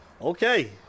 Okay